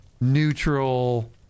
neutral